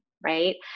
right